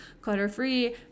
clutter-free